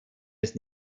ist